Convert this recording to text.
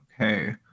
okay